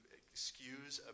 excuse